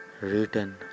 written